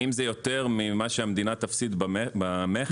האם זה יותר ממה שהמדינה תפסיד במכס,